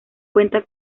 cuenta